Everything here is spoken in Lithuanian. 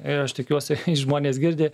ir aš tikiuosi žmonės girdi